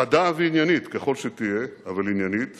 חדה ועניינית ככל שתהיה, אבל עניינית